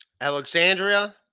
Alexandria